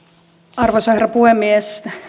arvoisa herra puhemies